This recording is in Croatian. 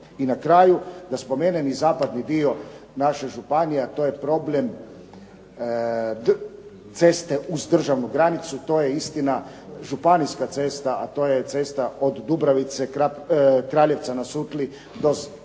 I na kraju, da spomenem i zapadni dio naše županije, a to je problem ceste uz državnu granicu. To je istina, županijska cesta, a to je cesta od Dubravice Kraljica Na Sutli do Klanjca,